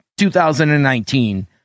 2019